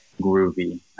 groovy